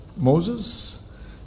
Moses